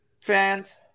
fans